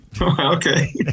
Okay